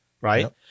right